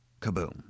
kaboom